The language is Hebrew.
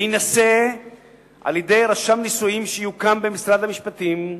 להינשא על-ידי רשם נישואים שיוקם במשרד המשפטים,